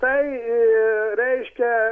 tai reiškia